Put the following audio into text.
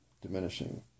diminishing